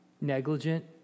negligent